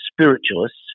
spiritualists